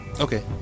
Okay